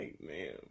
man